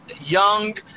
Young